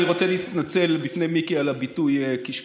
אני רוצה להתנצל בפני מיקי על הביטוי "קשקוש".